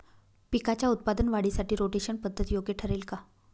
पिकाच्या उत्पादन वाढीसाठी रोटेशन पद्धत योग्य ठरेल का?